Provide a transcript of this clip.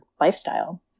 lifestyle